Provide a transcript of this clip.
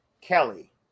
Kelly